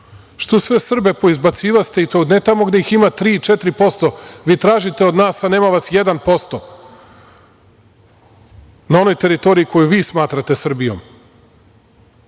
Što sve Srbe poizbacivaste, ne tamo gde ih ima 3% ili 4%, vi tražite od nas, a nema vas 1%, na onoj teritoriji na kojoj vi smatrate Srbijom?